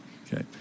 Okay